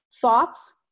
thoughts